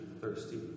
thirsty